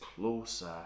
closer